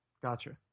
Gotcha